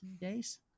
days